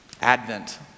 Advent